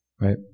Right